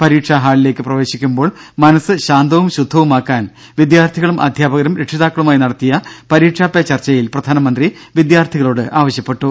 പരീക്ഷാഹാളിലേക്ക് പ്രവേശിക്കുമ്പോൾ മനസ്സ് ശാന്തവും ശുദ്ധവുമാക്കാൻ വിദ്യാർത്ഥികളും അധ്യാപകരും രക്ഷിതാക്കളുമായി നടത്തിയ പരീക്ഷാപേ ചർച്ചയിൽ പ്രധാനമന്ത്രി വിദ്യാർത്ഥികളോട് ആവശ്യപ്പെട്ടു